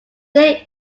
there